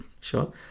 Sure